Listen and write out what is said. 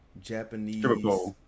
Japanese